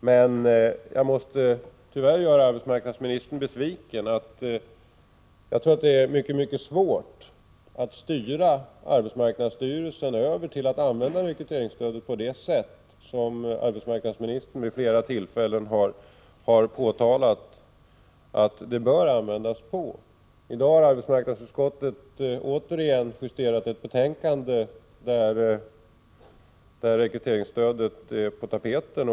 Men jag måste tyvärr göra arbetsmarknadsministern besviken. Jag tror att det är mycket svårt att styra arbetsmarknadsstyrelsen över till att använda rekryteringsstödet på det sätt som arbetsmarknadsministern vid flera tillfällen har framhållit att det bör användas på. I dag har arbetsmarknadsutskottet justerat ett betänkande, där rekryteringsstödet är på tapeten.